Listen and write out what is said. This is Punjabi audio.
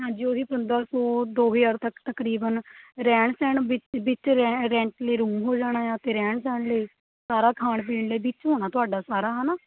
ਹਾਂਜੀ ਉਹ ਹੀ ਪੰਦਰ੍ਹਾਂ ਸੌ ਦੋ ਹਜ਼ਾਰ ਤੱਕ ਤਕਰੀਬਨ ਰਹਿਣ ਸਹਿਣ ਵਿੱਚ ਰੈਂਟ ਲਈ ਰੂਮ ਹੋ ਜਾਣਾ ਹੈ ਅਤੇ ਰਹਿਣ ਸਹਿਣ ਲਈ ਸਾਰਾ ਖਾਣ ਪੀਣ ਲਈ ਵਿੱਚ ਹੋਣਾ ਤੋਹਾਡਾ ਸਾਰਾ ਹਨਾਂ